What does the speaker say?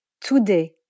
today